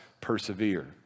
persevere